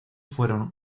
fueron